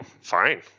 fine